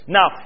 Now